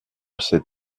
sept